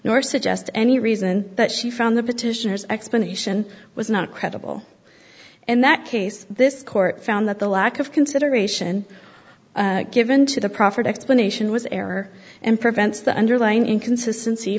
nor suggest any reason that she found the petitioners explanation was not credible and that case this court found that the lack of consideration given to the proffered explanation was error and prevents the underlying inconsistency